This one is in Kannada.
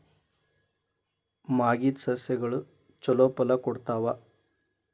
ಮಾಗಿದ್ ಸಸ್ಯಗಳು ಛಲೋ ಫಲ ಕೊಡ್ತಾವಾ?